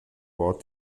war